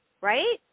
right